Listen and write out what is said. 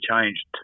changed